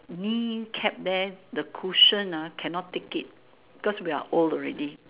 knee cap there the cushion ah cannot take it because we are old already